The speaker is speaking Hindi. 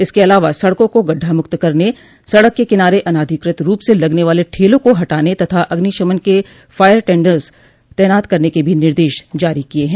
इसके अलावा सड़कों को गढ्ढा मुक्त करने सड़क के किनारे अनाधिकृत रूप से लगने वाले ठेलों को हटाने तथा अग्निशमन के फायर टेन्डर्स तैनात करने के भी निर्देश जारी किये हैं